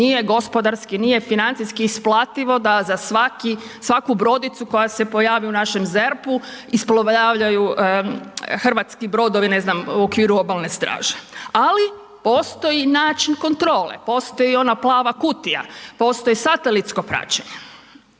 nije gospodarski, nije financijski isplativo da za svaku brodicu koja se pojavi u našem ZERP-u isplovljavaju hrvatski brodovi u okviru obalne straže. Ali postoji način kontrole. Postoji ona plava kutija. Postoji satelitsko praćenje.